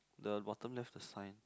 the bottom left a sign